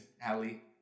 Allie